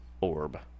orb